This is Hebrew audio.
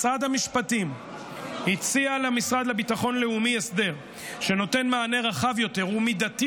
משרד המשפטים הציע למשרד לביטחון לאומי הסדר שנותן מענה רחב יותר ומידתי